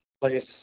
place